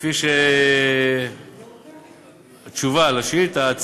וכמו בתשובה על השאילתה,